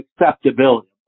acceptability